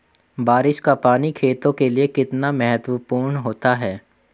बारिश का पानी खेतों के लिये कितना महत्वपूर्ण होता है?